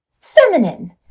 feminine